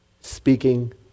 speaking